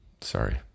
sorry